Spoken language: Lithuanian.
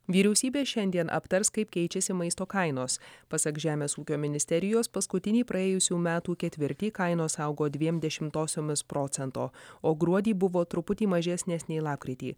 vyriausybė šiandien aptars kaip keičiasi maisto kainos pasak žemės ūkio ministerijos paskutinį praėjusių metų ketvirtį kainos augo dviem dešimtosiomis procento o gruodį buvo truputį mažesnės nei lapkritį